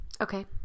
okay